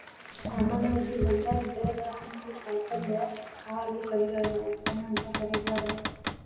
ಸಾಮಾನ್ಯವಾಗಿ ಹೊಲದಾಗ ಬೆಳದ ಹಣ್ಣು, ಕಾಯಪಲ್ಯ, ಕಾಳು ಕಡಿಗಳನ್ನ ಉತ್ಪನ್ನ ಅಂತ ಕರೇತಾರ